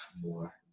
more